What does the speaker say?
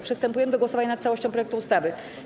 Przystępujemy do głosowania nad całością projektu ustawy.